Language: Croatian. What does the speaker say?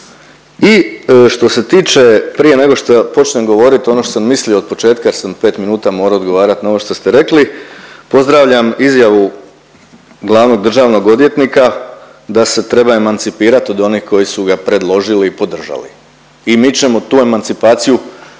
I što se tiče, prije nego što počnem govoriti ono što sam mislio od početka jer sam pet minuta morao odgovarati na ovo što ste rekli. Pozdravljam izjavu glavnog državnog odvjetnika da se treba emancipirati od onih koji su ga predložili, podržali. I mi ćemo tu emancipaciju